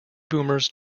boomers